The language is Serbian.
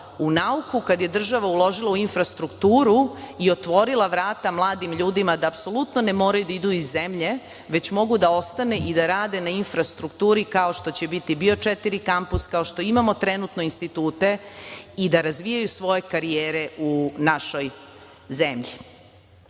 u nauku, kada je država uložila u infrastrukturu i otvorila vrata mladim ljudima da apsolutno ne moraju da idu iz zemlje, već mogu da ostanu i da rade na infrastrukturi, kao što će biti BIO4 kampus, kao što imamo trenutno institute i da razvijaju svoje karijere u našoj zemlji. Što